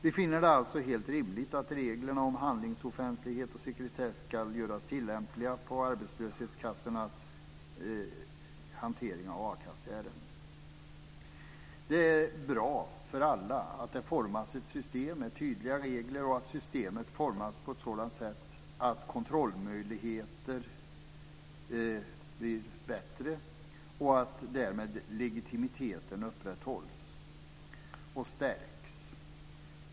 Vi finner det alltså helt rimligt att reglerna om handlingsoffentlighet och sekretess ska göras tilllämpliga på arbetslöshetskassornas hantering av akasseärenden. Det är bra för alla att det formas ett system med tydliga regler, att systemet formas på ett sådant sätt att kontrollmöjligheterna blir bättre och att därmed legitimiteten upprätthålls och stärks.